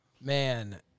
Man